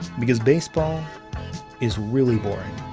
because baseball is really boring.